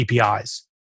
APIs